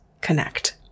connect